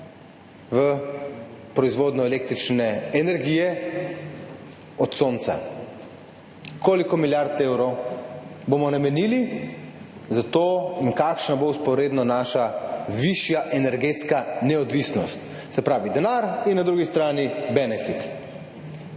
v proizvodnjo električne energije od sonca. Koliko milijard evrov bomo namenili za to in kakšna bo vzporedno naša višja energetska neodvisnost? Se pravi, denar in na drugi strani benefit.